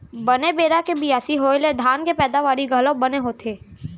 बने बेरा के बियासी होय ले धान के पैदावारी घलौ बने होथे